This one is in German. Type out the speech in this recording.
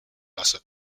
lasse